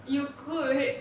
you could